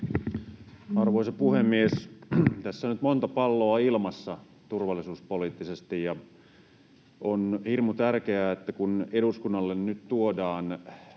Arvoisa puhemies! Tässä on nyt monta palloa ilmassa turvallisuuspoliittisesti. On hirmu tärkeää, että kun eduskunnalle nyt tuodaan